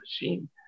machine